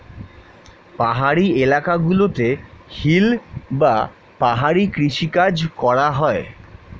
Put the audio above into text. পাহাড়ি এলাকা গুলোতে হিল বা পাহাড়ি কৃষি কাজ করা হয়